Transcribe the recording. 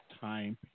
time